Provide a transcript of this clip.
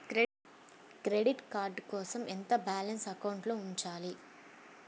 Credit card కోసం ఎంత balance అకౌంట్లో ఉంచాలి?